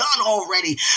already